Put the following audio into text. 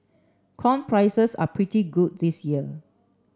corn prices are pretty good this year